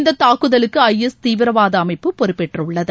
இந்த தாக்குதலுக்கு I S தீவிரவாத அமைப்பு பொறுப்பேற்றுள்ளது